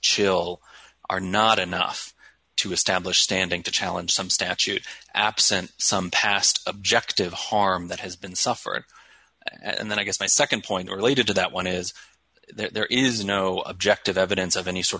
chill are not enough to establish standing to challenge some statute absent some past objective harm that has been suffered and then i guess my nd point related to that one is there is no objective evidence of any sort